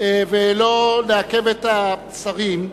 ולא נעכב את השרים.